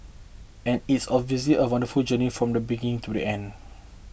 and is a a wonderful journey from the beginning to the end